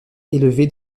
élevé